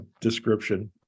description